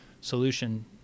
solution